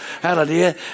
Hallelujah